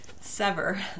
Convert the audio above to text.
sever